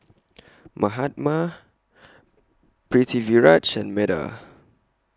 Mahatma Pritiviraj and Medha